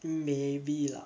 maybe lah